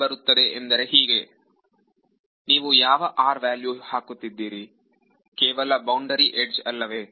ಹೇಗೆ ಬರುತ್ತೆ ಎಂದರೆ ಇದು ನೀವು ಯಾವ r ವ್ಯಾಲ್ಯೂ ಹಾಕುತ್ತೀರಿ ಕೇವಲ ಬೌಂಡರಿ ಯಡ್ಜ್ ಅಲ್ಲವೇ